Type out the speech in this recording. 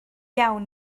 iawn